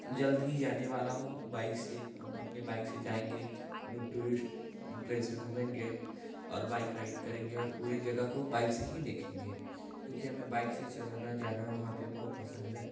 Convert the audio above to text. जल्द ही जाने वाला हूँ बाइक से हम अपने बाइक से जाएँगे हम लोग टूरिस्ट प्लेस घूमेंगे और बाइक राइड करेंगे और पूरे जगह को बाइक से ही देखेंगे क्योंकि हमें बाइक से चलाना जाना वहाँ पर बहुत पसंद है